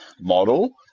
model